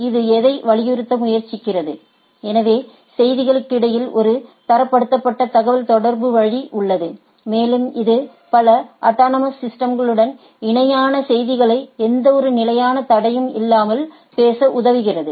இது எதை வலியுறுத்த முயற்சிக்கிறது எனவே செய்திகளுக்கிடையில் ஒரு தரப்படுத்தப்பட்ட தகவல்தொடர்பு வழி உள்ளது மேலும் இது பல அட்டானமஸ் சிஸ்டம்களுடன் நிலையான செய்திகளை எந்தவொரு நிலையான தடையும் இல்லாமல் பேச உதவுகிறது